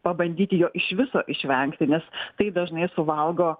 pabandyti jo iš viso išvengti nes tai dažnai suvalgo